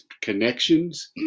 connections